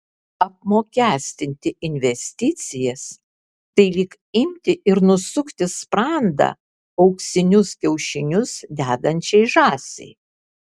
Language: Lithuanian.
apmokestinti investicijas tai lyg imti ir nusukti sprandą auksinius kiaušinius dedančiai žąsiai